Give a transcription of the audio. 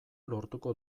lortuko